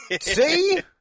See